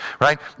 right